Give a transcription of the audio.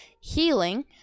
healing